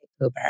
Uber